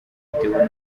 bitewe